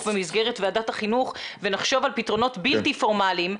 במסגרת ועדת החינוך ונחשוב על פתרונות בלתי פורמליים,